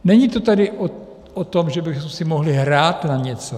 Není to tedy o tom, že bychom si mohli hrát na něco.